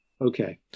okay